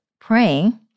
praying